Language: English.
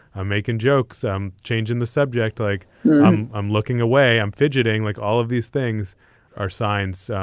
i'm making jokes. i'm changing the subject. like um i'm looking away. i'm fidgeting. like all of these things are signs